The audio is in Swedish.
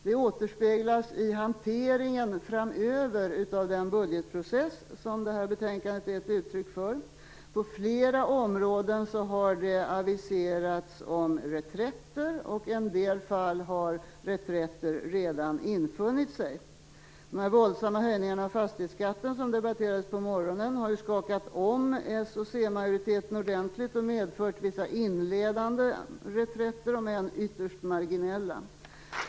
Det återspeglas i hanteringen framöver av den budgetprocess som betänkandet är ett uttryck för. På flera områden har reträtter aviserats, och i en del fall har reträtter redan infunnit sig. De våldsamma höjningarna av fastighetsskatten som debatterades på morgonen har skakat om s och c-majoriteten ordentligt, och medfört vissa inledande reträtter, om än ytterst marginella.